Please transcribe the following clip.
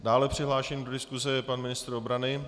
Dále je přihlášen do diskuse pan ministr obrany.